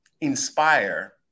inspire